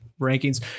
rankings